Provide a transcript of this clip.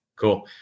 Cool